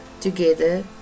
together